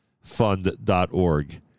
fund.org